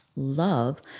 Love